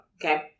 Okay